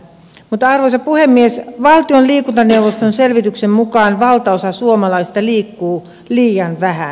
mutta arvoisa puhemies valtion liikuntaneuvoston selvityksen mukaan valtaosa suomalaisista liikkuu liian vähän